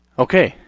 okay,